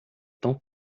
tão